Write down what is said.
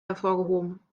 hervorgehoben